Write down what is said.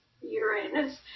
Uranus